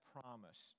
promised